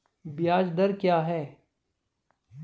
ब्याज दर क्या है?